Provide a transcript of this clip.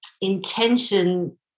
intention